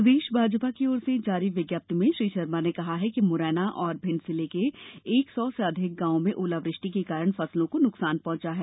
प्रदेश भाजपा की ओर से जारी विज्ञप्ति में श्री शर्मा ने कहा कि मुरैना और भिंड जिले के एक सौ से अधिक गांवों में ओलावृष्टि के कारण फसलों को नुकसान पहुंचा है